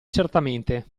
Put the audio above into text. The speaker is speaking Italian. certamente